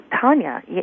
Tanya